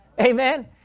Amen